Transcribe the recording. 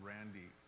Randy